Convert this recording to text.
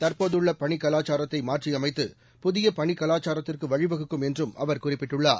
தற்போதுள்ள பணிக் கலாச்சாரத்தை மாற்றியமைத்து புதிய பணிக் கலாச்சாரத்திற்கு வழிவகுக்கும் என்றும் அவர் குறிப்பிட்டுள்ளார்